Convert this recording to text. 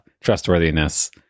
trustworthiness